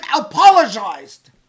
apologized